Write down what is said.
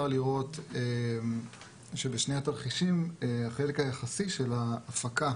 לראות שבשני התרחישים החלק היחסי של ההפקה